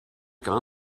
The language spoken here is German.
gar